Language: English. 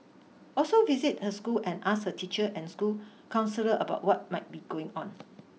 also visit her school and ask her teacher and school counsellor about what might be going on